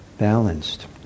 balanced